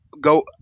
go